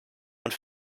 und